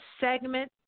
segment